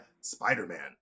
Spider-Man